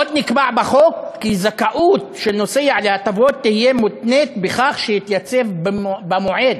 עוד נקבע בחוק כי זכאות של נוסע להטבות תהיה מותנית בכך שיתייצב במועד